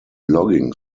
logging